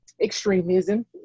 extremism